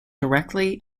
directly